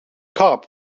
cop